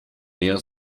mehr